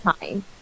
time